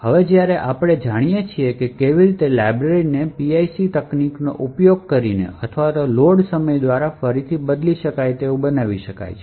હવે જ્યારે આપણે જાણીએ છીએ કે કેવી રીતે લાઇબ્રેરીને PIC તકનીકનો ઉપયોગ કરીને અથવા લોડ સમય દ્વારા ફરીથી બદલી શકાય તેવું બનાવી શકાય છે